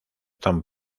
tan